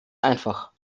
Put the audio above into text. einfach